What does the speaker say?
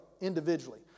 individually